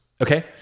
Okay